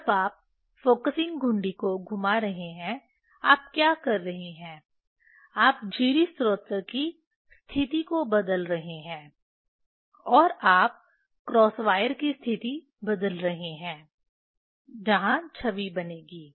जब आप फ़ोकसिंग घुंडी को घुमा रहे हैं आप क्या कर रहे हैं आप झिरी स्रोत की स्थिति को बदल रहे हैं और आप क्रॉस वायर की स्थिति बदल रहे हैं जहां छवि बनेगी